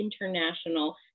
international